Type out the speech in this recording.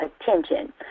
attention